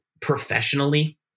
professionally